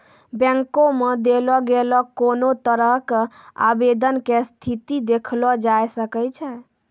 बैंको मे देलो गेलो कोनो तरहो के आवेदन के स्थिति देखलो जाय सकै छै